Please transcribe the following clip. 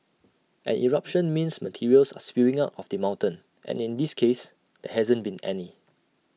an eruption means materials are spewing out of the mountain and in this case there hasn't been any